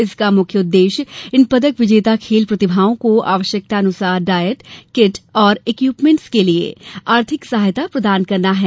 इसका मुख्य उद्देश्य इन पदक विजेता खेल प्रतिभाओं को आवश्यकता अनुसार डायट किट और एक्यूपमेंट के लिए आर्थिक सहायता प्रदान करना है